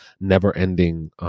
never-ending